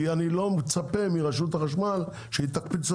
כי אני לא מצפה מרשות החשמל שהיא תקפיץ את